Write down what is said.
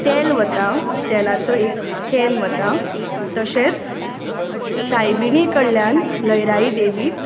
तेल वता तेलाचो एक कॅन वता तशेंच सायबीणी कडल्यान लयराई देवीक